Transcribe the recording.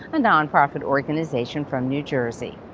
a non-profit organization from new jersey.